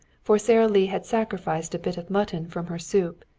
for sara lee had sacrificed a bit of mutton from her soup,